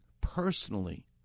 personally